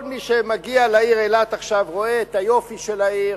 כל מי שמגיע עכשיו לעיר אילת רואה את היופי של העיר,